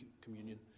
communion